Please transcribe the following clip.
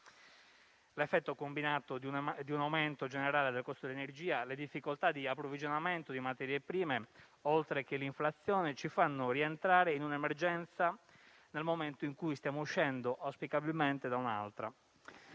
L'effetto combinato di un aumento generale del costo dell'energia, delle difficoltà di approvvigionamento di materie prime e dell'inflazione ci fa rientrare in un'emergenza nel momento in cui stiamo uscendo auspicabilmente da un'altra.